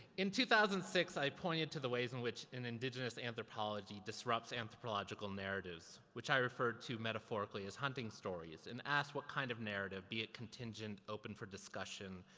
in two thousand and six i pointed to the ways in which an indigenous anthropology disrupts anthropological narratives, which i referred to metaphorically as hunting stories. and asked what kind of narrative, be it contingent, open for discussion,